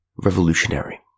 revolutionary